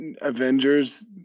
Avengers